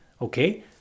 Okay